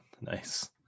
nice